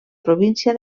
província